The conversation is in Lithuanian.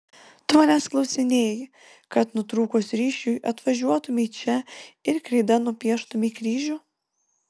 tu manęs klausinėji kad nutrūkus ryšiui atvažiuotumei čia ir kreida nupieštumei kryžių